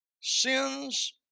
Sins